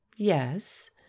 Yes